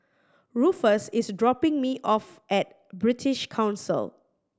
Rufus is dropping me off at British Council